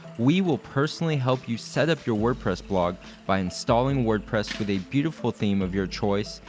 we will personally help you set up your wordpress blog by installing wordpress with a beautiful theme of your choice,